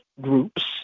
groups